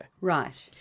Right